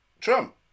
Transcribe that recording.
Trump